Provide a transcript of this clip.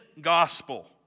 gospel